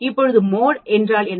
இப்போது மோட் என்றால் என்ன